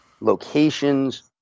locations